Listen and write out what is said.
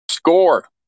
Score